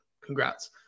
Congrats